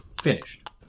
finished